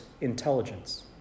intelligence